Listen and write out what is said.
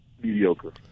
Mediocre